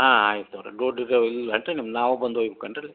ಹಾಂ ಆಯಿತು ರೀ ದುಡ್ಡು ಇದೆಯೋ ಇಲ್ಲ ಅಂತ ನಿಮ್ಮ ನಾವು ಬಂದು ಹೋಗಿದ್ದು ಕಣ್ರೀ